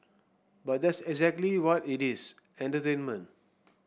but that's exactly what it is entertainment